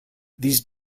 these